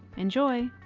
enjoy!